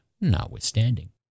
notwithstanding